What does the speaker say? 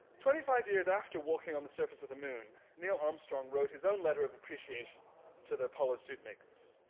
twenty-five years after walking on the surface of the moon neil armstrong wrote his own letter of appreciation to the apollo suit makers.